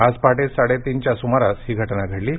आज पहाटे साडेतीनच्या सुमारास घटना घडली आहे